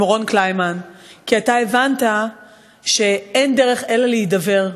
עם רון קליינמן, כי אתה הבנת שאין דרך אלא להידבר.